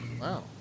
Wow